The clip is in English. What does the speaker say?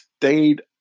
stayed